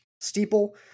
Steeple